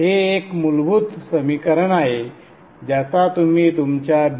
हे एक मूलभूत समीकरण आहे ज्याचा तुम्ही तुमच्या B